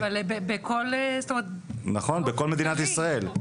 בכל מדינת ישראל,